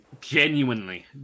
genuinely